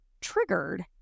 triggered